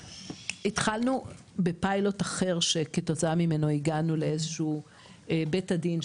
התחלנו בפיילוט אחר שכתוצאה ממנו הגענו לאיזה שהוא בית הדין.